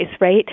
right